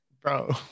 bro